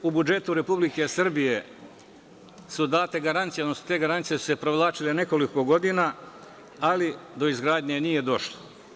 U budžetu Republike Srbije su date garancije, odnosno te garancije su se provlačile nekoliko godina, ali do izgradnje nije došlo.